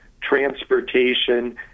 transportation